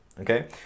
Okay